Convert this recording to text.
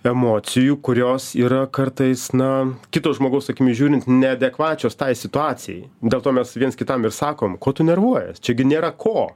emocijų kurios yra kartais na kito žmogaus akimis žiūrint neadekvačios tai situacijai dėl to mes viens kitam ir sakom ko tu nervuojies čia gi nėra ko